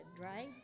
Right